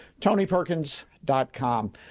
TonyPerkins.com